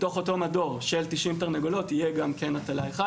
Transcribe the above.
בתוך אותו מדור של 90 תרנגולות יהיה גם קן הטלה אחד,